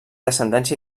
ascendència